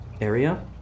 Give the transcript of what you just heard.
area